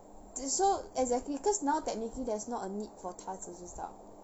th~ so exactly cause now technically there's not a need for 她 to 知道